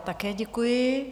Také děkuji.